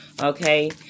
Okay